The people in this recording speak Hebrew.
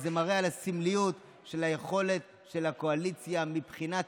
זה מראה על הסמליות של היכולת של הקואליציה מבחינת